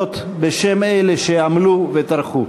להודות בשם אלה שעמלו וטרחו.